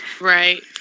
Right